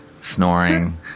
snoring